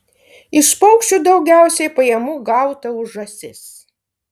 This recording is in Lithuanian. iš paukščių daugiausiai pajamų gauta už žąsis